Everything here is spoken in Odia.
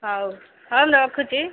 ହଉ ହଉ ଲୋ ରଖୁଛି